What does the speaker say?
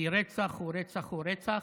כי רצח הוא רצח הוא רצח.